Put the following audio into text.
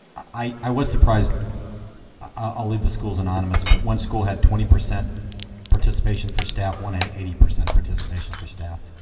i was surprised i'll leave the schools anonymous, but one school had twenty percent participation for staff. one had eighty percent participation for staff.